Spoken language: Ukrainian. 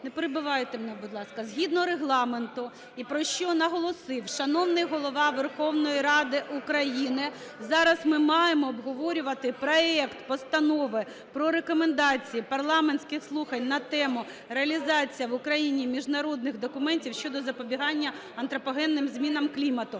Не перебивайте мене, будь ласка. Згідно Регламенту, і про що наголосив шановний Голова Верховної Ради України, зараз ми маємо обговорювати проект Постанови про Рекомендації парламентських слухань на тему: "Реалізація в Україні міжнародних документів щодо запобігання антропогенним змінам клімату".